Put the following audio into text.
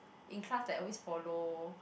in class that I always follow